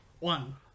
One